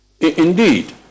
Indeed